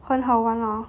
很好玩 ah